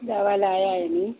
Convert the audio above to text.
દવા લાવ્યા એની